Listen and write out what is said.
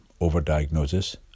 overdiagnosis